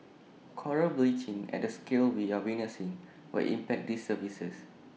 Coral bleaching at the scale we are witnessing will impact these services